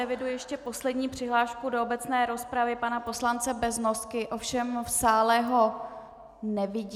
Eviduji ještě poslední přihlášku do obecné rozpravy pana poslance Beznosky, ovšem v sále ho nevidím.